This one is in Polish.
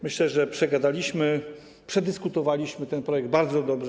Myślę, że przegadaliśmy, przedyskutowaliśmy ten projekt bardzo dobrze.